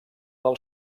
del